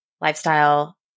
lifestyle